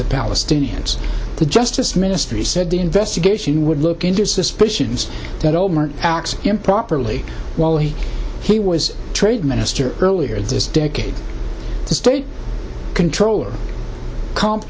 the palestinians the justice ministry said the investigation would look into suspicions that olmert acts improperly while he he was trade minister earlier this decade the state controller comp